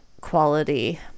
quality